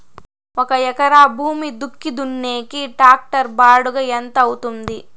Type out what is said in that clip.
ఒక ఎకరా భూమి దుక్కి దున్నేకి టాక్టర్ బాడుగ ఎంత అవుతుంది?